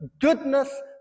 goodness